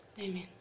Amen